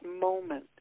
moment